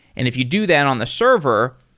if you do that on the server,